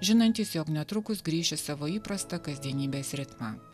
žinantys jog netrukus grįš į savo įprastą kasdienybės ritmą